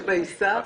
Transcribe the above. השאור שבעיסה,